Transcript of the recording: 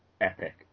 epic